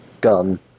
gun